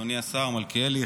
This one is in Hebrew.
אדוני השר מלכיאלי,